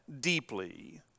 deeply